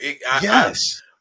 Yes